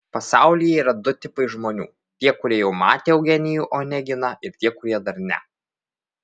pasaulyje yra tik du tipai žmonių tie kurie jau matė eugenijų oneginą ir tie kurie dar ne